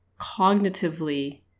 cognitively